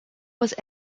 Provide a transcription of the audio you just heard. was